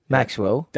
Maxwell